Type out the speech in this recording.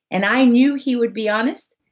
and i knew he would be honest,